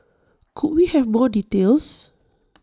could we have more details